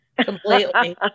Completely